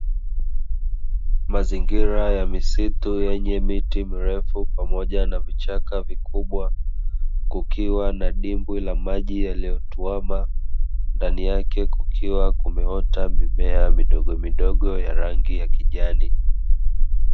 Mazingira ya misitu yenye miti mirefu, pamoja na vichaka vikubwa kukiwa na dibwi la maji yaliyotuama. Ndani yake kukiwa kumeota mimea midogomidogo ya rangi ya kijani.